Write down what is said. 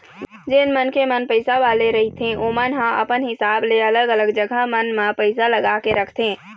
जेन मनखे मन पइसा वाले रहिथे ओमन ह अपन हिसाब ले अलग अलग जघा मन म पइसा लगा के रखथे